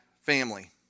family